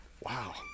Wow